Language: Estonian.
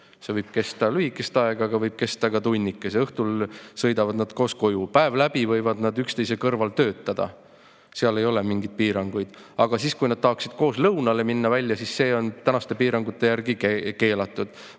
See võib kesta lühikest aega, aga võib kesta ka tunnikese. Õhtul sõidavad nad koos koju. Päev läbi võivad nad üksteise kõrval töötada, seal ei ole mingeid piiranguid, aga kui nad tahaksid koos välja lõunale minna, siis see on tänaste piirangute järgi keelatud.